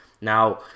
Now